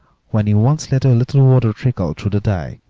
when you once let a little water trickle through the dyke,